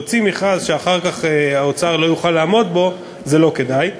להוציא מכרז שאחר כך האוצר לא יוכל לעמוד בו זה לא כדאי,